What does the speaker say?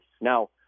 Now